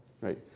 Right